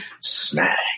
Snag